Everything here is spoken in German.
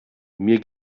mir